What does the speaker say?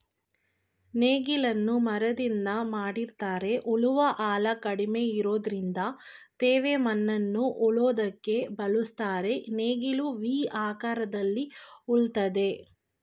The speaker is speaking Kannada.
ನೇಗಿಲನ್ನು ಮರದಿಂದ ಮಾಡಿರ್ತರೆ ಉಳುವ ಆಳ ಕಡಿಮೆ ಇರೋದ್ರಿಂದ ತೇವ ಮಣ್ಣನ್ನು ಉಳೋದಕ್ಕೆ ಬಳುಸ್ತರೆ ನೇಗಿಲು ವಿ ಆಕಾರದಲ್ಲಿ ಉಳ್ತದೆ